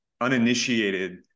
uninitiated